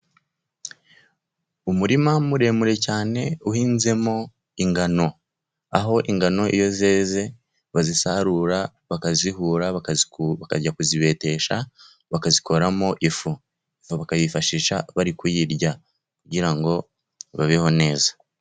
Umurima muremure cyane uhinzemo ingano. Aho ingano iyo zeze bazisarura, bakazihura, bakajya kuzibetesha, bakazikoramo ifu, bakayifashisha bari kuyirya, kugira ngo babeho neza.